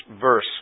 verse